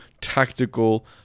tactical